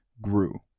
grew